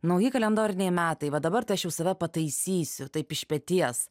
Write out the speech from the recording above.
nauji kalendoriniai metai va dabar tai aš jau save pataisysiu taip iš peties